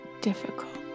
difficult